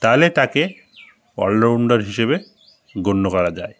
তাহলে তাকে অলরাউন্ডার হিসেবে গণ্য করা যায়